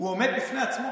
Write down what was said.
עומד בפני עצמו.